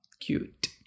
Cute